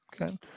okay